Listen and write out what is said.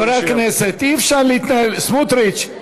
חברי הכנסת, אי-אפשר להתנהל, סמוטריץ,